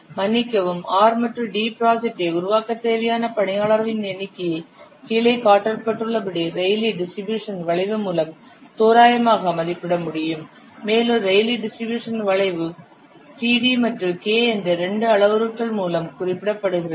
மன்னிக்கவும் R மற்றும் D ப்ராஜெக்டை உருவாக்கத் தேவையான பணியாளர்களின் எண்ணிக்கையை கீழே காட்டப்பட்டுள்ளபடி ரெய்லீ டிஸ்ட்ரிபியூஷன் வளைவு மூலம் தோராயமாக மதிப்பிட முடியும் மேலும் ரெய்லீ டிஸ்ட்ரிபியூஷன் வளைவு Td மற்றும் K என்ற இரண்டு அளவுருக்கள் மூலம் குறிப்பிடப்படுகிறது